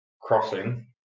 crossing